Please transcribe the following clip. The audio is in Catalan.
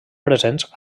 presents